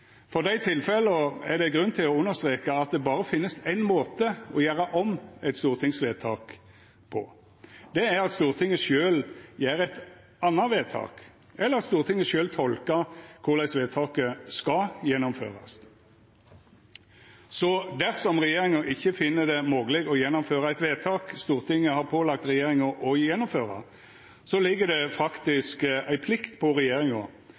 For dei tilfella er det grunn til å understreka at det berre finst éin måte å gjera om eit stortingsvedtak på. Det er ved at Stortinget sjølv gjer eit anna vedtak, eller at Stortinget sjølv tolkar korleis vedtaket skal gjennomførast. Så dersom regjeringa ikkje finn det mogleg å gjennomføra eit vedtak Stortinget har pålagt regjeringa å gjennomføra, ligg det faktisk ei plikt på regjeringa